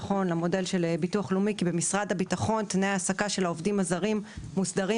הביטוח הלאומי; תנאי ההעסקה של העובדים הזרים במשרד הביטחון מוסדרים